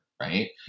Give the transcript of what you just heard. right